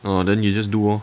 ah then you just do lor